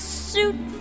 suit